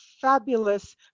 fabulous